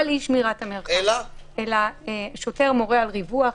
אלא אם שוטר מורה על ריווח,